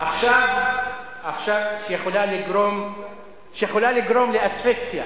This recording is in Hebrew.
שיכולה לגרום לאספיקסיה.